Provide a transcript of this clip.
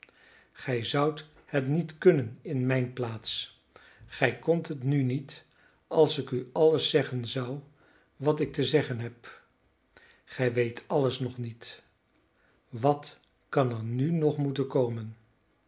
gij zoudt het niet kunnen in mijne plaats gij kondt het nu niet als ik u alles zeggen zou wat ik te zeggen heb gij weet alles nog niet wat kan er nu nog moeten komen